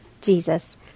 Jesus